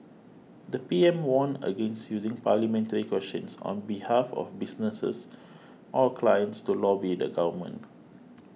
the P M warned against using parliamentary questions on behalf of businesses or clients to lobby the government